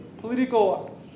political